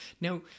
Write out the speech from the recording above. Now